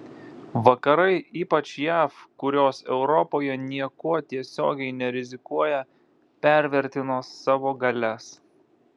vakarai ypač jav kurios europoje niekuo tiesiogiai nerizikuoja pervertino savo galias